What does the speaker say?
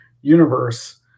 universe